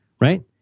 right